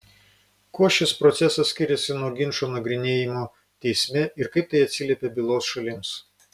kuo šis procesas skiriasi nuo ginčo nagrinėjimo teisme ir kaip tai atsiliepia bylos šalims